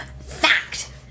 Fact